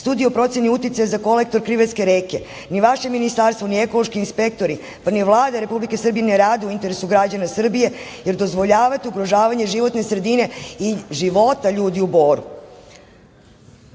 studije o proceni uticaja za kolektor Krivajske reke. Ni vaše ministarstvo, ni ekološki inspektori, pa ni Vlada Republike Srbije ne rade u interesu građana Srbije, jer dozvoljavate ugrožavanje životne sredine i života ljudi u